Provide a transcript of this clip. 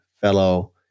fellow